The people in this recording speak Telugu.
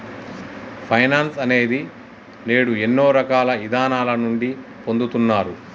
ఫైనాన్స్ అనేది నేడు ఎన్నో రకాల ఇదానాల నుండి పొందుతున్నారు